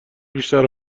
بیشتر